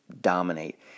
dominate